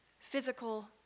physical